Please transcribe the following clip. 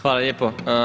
Hvala lijepo.